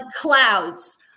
clouds